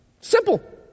Simple